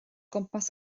gwmpas